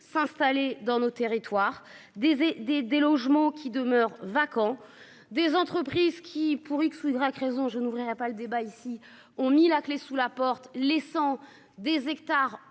s'installer dans nos territoires des et des des logements qui demeurent vacants des entreprises qui, pour X ou Y raison je n'ouvrira pas le débat ici ont mis la clé sous la porte, laissant des hectares